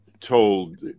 told